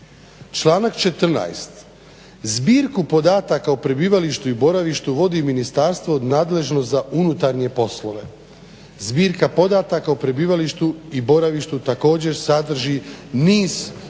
Članak 14. "Zbirku podataka o prebivalištu i boravištu vodi ministarstvo nadležno za unutarnje poslove". zbirka podataka o prebivalištu i boravištu također sadrži niz